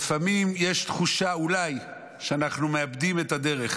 לפעמים יש אולי תחושה שאנחנו מאבדים את הדרך,